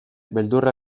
beldurra